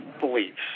beliefs